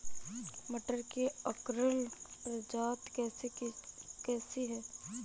मटर की अर्किल प्रजाति कैसी है?